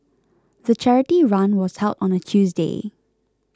the charity run was held on a Tuesday